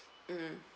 mm